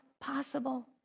possible